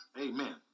Amen